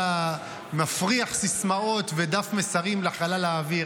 אתה מפריח סיסמאות ודף מסרים לחלל האוויר.